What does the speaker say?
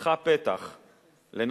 פתחה פתח לנקמנות,